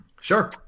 Sure